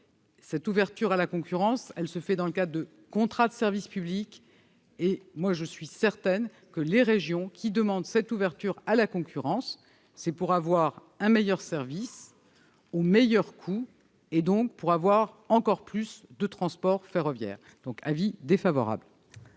Cette ouverture à la concurrence se fait dans le cadre de contrats de service public. Je suis pour ma part certaine que les régions qui demandent cette ouverture à la concurrence le font pour obtenir un meilleur service, au meilleur coût, donc pour avoir encore plus de transports ferroviaires. Le Gouvernement